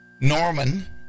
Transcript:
Norman